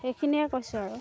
সেইখিনিয়ে কৈছোঁ আৰু